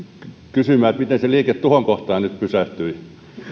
kysymään miten se liike tuohon kohtaan nyt pysähtyi